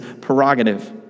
prerogative